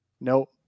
nope